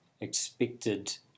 expected